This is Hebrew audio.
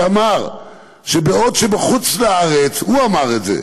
שאמר שבעוד שבחוץ-לארץ, הוא אמר את זה,